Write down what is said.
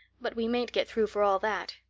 but we mayn't get through for all that.